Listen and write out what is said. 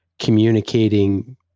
communicating